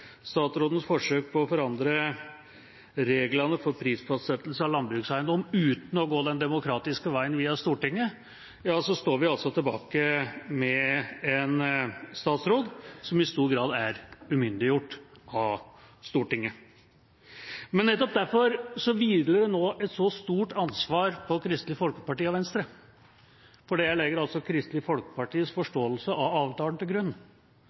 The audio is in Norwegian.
statsrådens forsøk på å forandre reglene for prisfastsettelse av landbrukseiendommer uten å gå den demokratiske veien via Stortinget, står vi tilbake med en statsråd som i stor grad er umyndiggjort av Stortinget. Men nettopp derfor hviler det nå et så stort ansvar på Kristelig Folkeparti og Venstre – jeg legger altså Kristelig Folkepartis forståelse av avtalen til grunn